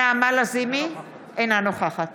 אינה נוכחת